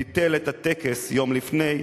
ביטל את הטקס יום לפני,